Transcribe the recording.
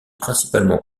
principalement